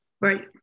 right